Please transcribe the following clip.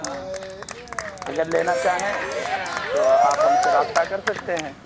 ہاں اگر لینا چاہیں تو آپ ہم سے رابطہ کر سکتے ہیں